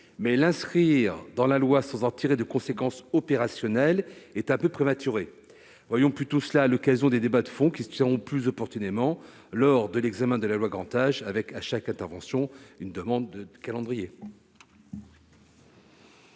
mais l'inscrire dans la loi sans en tirer de conséquences opérationnelles me semble un peu prématuré. Voyons plutôt cela à l'occasion des débats de fond qui se tiendront plus opportunément lors de l'examen de la loi sur le grand âge, et demandons un calendrier